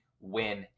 win